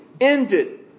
ended